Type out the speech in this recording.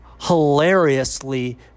hilariously